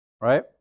right